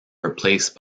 replaced